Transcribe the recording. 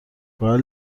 باید